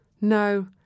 No